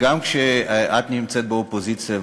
גם כשאת נמצאת באופוזיציה,